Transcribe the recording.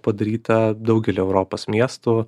padaryta daugely europos miestų